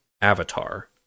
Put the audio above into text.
avatar